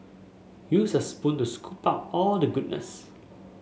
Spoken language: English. use a spoon to scoop out all the goodness